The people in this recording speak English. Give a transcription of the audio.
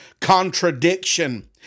contradiction